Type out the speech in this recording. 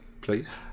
please